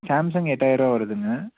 Samsung எட்டாயரருவா வருதுங்க